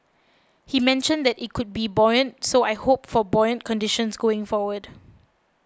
he mentioned that it could be buoyant so I hope for buoyant conditions going forward